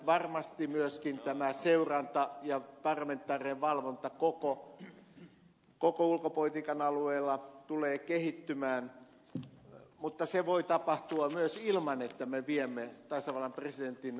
varmasti myöskin tämä seuranta ja parlamentaarinen valvonta koko ulkopolitiikan alueella tulee kehittymään mutta se voi tapahtua myös ilman että me viemme tasavallan presidentin ulkopoliittisia oikeuksia